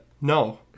No